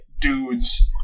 dudes